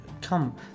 come